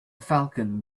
falcon